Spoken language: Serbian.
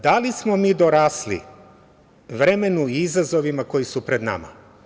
Da li smo mi dorasli vremenu i izazovima koji su pred nama?